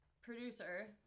producer